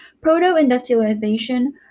proto-industrialization